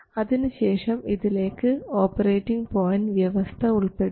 അതിനുശേഷം ഇതിലേക്ക് operating point വ്യവസ്ഥ ഉൾപ്പെടുത്തി